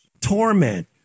torment